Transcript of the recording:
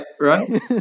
right